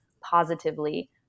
positively